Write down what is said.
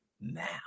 now